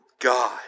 God